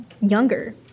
younger